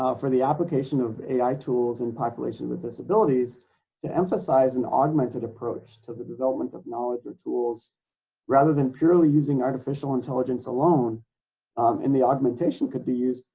ah for the application of ai tools and populations with disabilities to emphasize an augmented approach to the development of knowledge or tools rather than purely using artificial intelligence alone and the augmentation could be used,